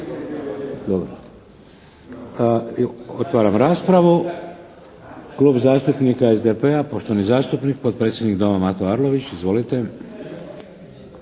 tih. Otvaram raspravu. Klub zastupnika SDP-a, poštovani zastupnik potpredsjednik Doma Mato Arlović. Izvolite.